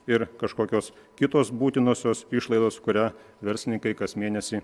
ir kažkokios kitos būtinosios išlaidos kurią verslininkai kas mėnesį